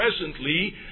presently